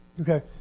Okay